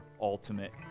ultimate